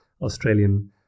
Australian